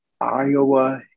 Iowa